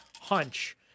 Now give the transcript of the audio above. hunch